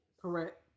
correct